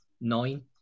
nine